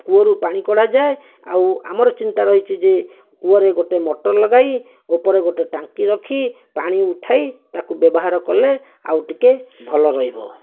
କୂଅରୁ ପାଣି କଢ଼ାଯାଏ ଆଉ ଆମର ଚିନ୍ତା ରହିଛି ଯେ କୂଅରେ ଗୋଟେ ମଟର ଲଗାଇ ଉପରେ ଗୋଟେ ଟାଙ୍କି ରଖି ପାଣି ଉଠେଇ ତାକୁ ବ୍ୟବହାର କଲେ ଆଉ ଟିକିଏ ଭଲ ରହିବ